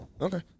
Okay